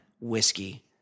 whiskey